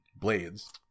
Blades